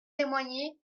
témoigner